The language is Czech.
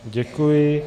Děkuji.